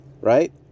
right